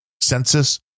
Census